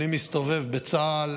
אני מסתובב בצה"ל,